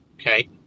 Okay